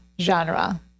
genre